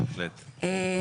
אוקיי, בהחלט.